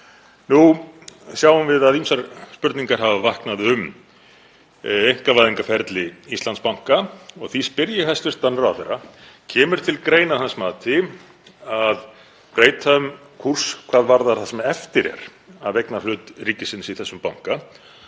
Nú sjáum við að ýmsar spurningar hafa vaknað um einkavæðingarferli Íslandsbanka. Því spyr ég hæstv. ráðherra: Kemur til greina, að hans mati, að breyta um kúrs hvað varðar það sem eftir er af eignarhlut ríkisins í þessum banka